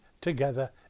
together